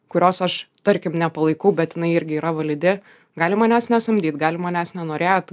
kurios aš tarkim nepalaikau bet jinai irgi yra validi gali manęs nesamdyt gali manęs nenorėt